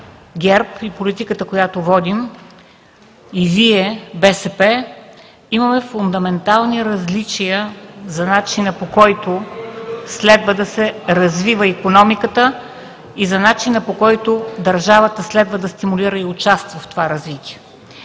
ГЕРБ, и политиката, която водим, и Вие – БСП, имаме фундаментални различия за начина, по който следва да се развива икономиката, и за начина, по който държавата следва да стимулира и участва в това развитие.